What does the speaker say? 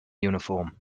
uniform